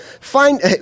Find